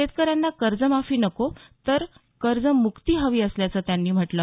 शेतकऱ्यांना कर्जमाफी नको तर कर्जम्क्ती हवी असल्याचं त्यांनी म्हटलं